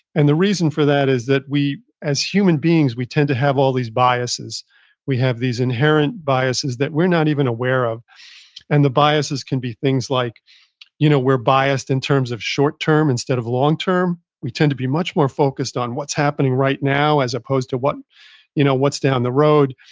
and the reason for that is that we as human beings, we tend to have all these biases we have these inherent biases that we're not even aware of and the biases can be things like you know we're biased in terms of short-term instead of long-term. we tend to be much more focused on what's happening right now as opposed to what's you know what's down the road.